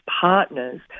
partners